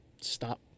Stop